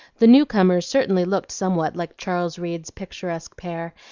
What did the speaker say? the new-comers certainly looked somewhat like charles reade's picturesque pair,